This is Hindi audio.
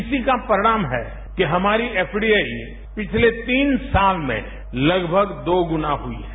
इसी का परिणाम है कि हमारी एफडीआई पिछले तीन साल में लगभग दोगुना हुई है